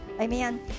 Amen